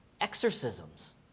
exorcisms